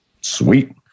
Sweet